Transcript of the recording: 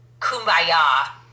kumbaya